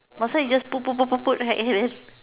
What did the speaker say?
might as well you just put put put put put right and then